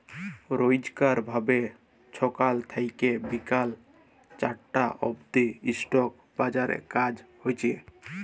রইজকার ভাবে ছকাল থ্যাইকে বিকাল চারটা অব্দি ইস্টক বাজারে কাজ হছে